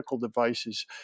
devices